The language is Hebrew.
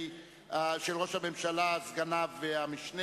המציעות שהסעיף יימחק.